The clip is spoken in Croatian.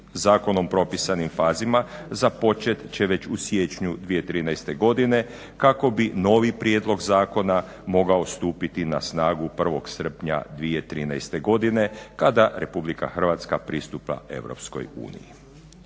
zakonom propisanim fazama započet će već u siječnju 2013. godine kako bi novi prijedlog zakona mogao stupiti na snagu 1.srpnja 2013. kada Republika Hrvatska pristupa Europskoj uniji.